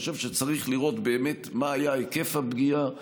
אני חושב שצריך לראות באמת מה היה היקף הפגיעה.